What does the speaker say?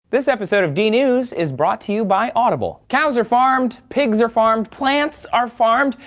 this episode of dnews is brought to you by audible. cows are farmed, pigs are farmed, plants are farmed,